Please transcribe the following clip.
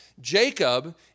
Jacob